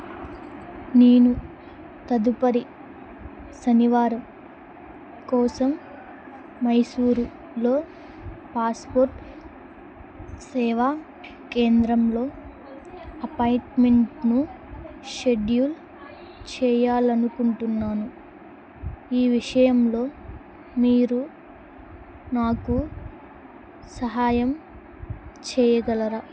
నేను తదుపరి సనివారం కోసం మైసూరులో పాస్పోర్ట్ సేవా కేంద్రంలో అపాయిట్మెంట్ను షెడ్యూల్ చేయాలనుకుంటున్నాను ఈ విషయంలో మీరు నాకు సహాయం చేయగలరా